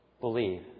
believe